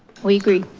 we agree.